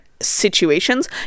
situations